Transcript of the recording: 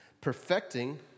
Perfecting